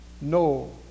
no